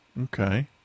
okay